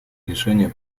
лишение